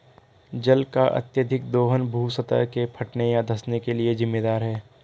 जल का अत्यधिक दोहन भू सतह के फटने या धँसने के लिये जिम्मेदार है